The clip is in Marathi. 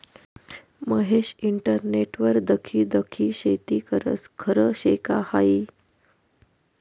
महेश इंटरनेटवर दखी दखी शेती करस? खरं शे का हायी